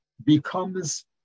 becomes